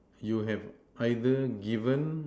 you have either given